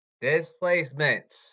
Displacement